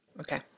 Okay